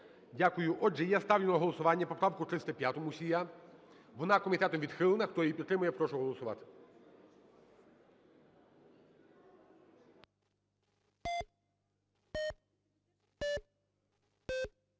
Дякую. Отже, я ставлю на голосування поправку 305, Мусія. Вона комітетом відхилена. Хто її підтримує, прошу голосувати.